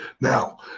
Now